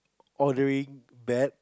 odoring bad